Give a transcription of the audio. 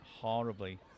horribly